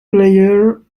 player